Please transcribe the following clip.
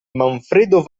manfredo